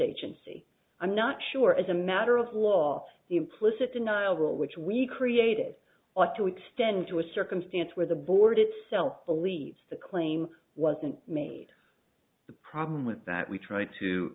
agency i'm not sure as a matter of law the implicit denial which we created ought to extend to a circumstance where the board itself believes the claim wasn't made the problem with that we try to